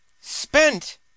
spent